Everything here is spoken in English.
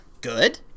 Good